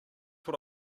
what